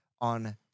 on